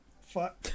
Fuck